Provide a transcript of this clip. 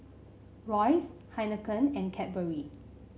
Royce Heinekein and Cadbury